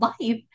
life